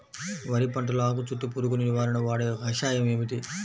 వరి పంటలో ఆకు చుట్టూ పురుగును నివారణకు వాడే కషాయం ఏమిటి?